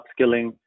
upskilling